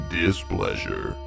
displeasure